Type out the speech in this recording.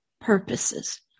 Purposes